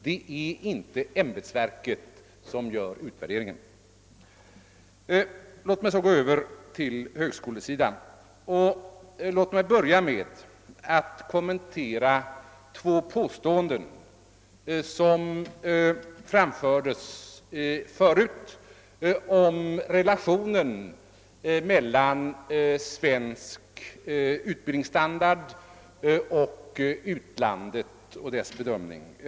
Det är inte ämbetsverket som gör utvärderingen. Låt mig så beträffande högskolesidan börja med att kommentera två påståenden som framförts om svensk utbildningsstandard och utlandets bedömning av denna.